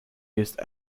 used